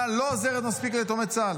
-- מספיק ליתומי צה"ל